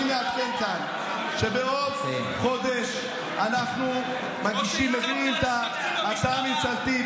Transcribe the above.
אני מעדכן כאן שבעוד חודש אנחנו מביאים את ההצעה הממשלתית.